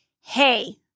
Hey